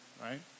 right